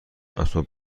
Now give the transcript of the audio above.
اسباب